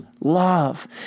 love